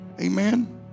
amen